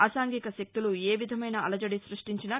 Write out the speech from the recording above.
అసాంఘిక శక్తులు ఏ విధమైన అలజడి సృష్టించినా